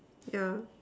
yeah